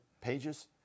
pages